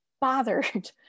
bothered